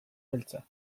beltza